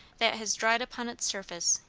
that has dried upon its surface,